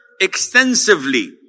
extensively